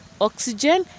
oxygen